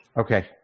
okay